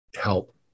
help